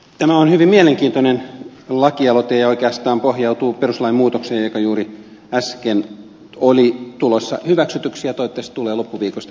tämä on hyvin mielenkiintoinen lakialoite ja oikeastaan pohjautuu perustuslain muutokseen joka juuri äsken oli tulossa hyväksytyksi ja toivottavasti tulee loppuviikosta hyväksytyksi täällä salissa